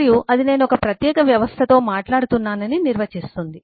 మరియు అది నేను ఒక ప్రత్యేక వ్యవస్థతో మాట్లాడుతున్నానని నిర్వచిస్తుంది